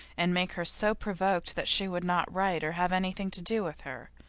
and make her so provoked that she would not write or have anything to do with her.